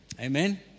Amen